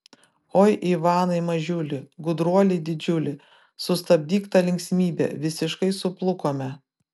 oi ivanai mažiuli gudruoli didžiuli sustabdyk tą linksmybę visiškai suplukome